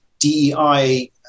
DEI